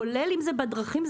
כולל אם זה בדרכים,